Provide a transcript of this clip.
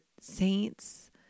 saints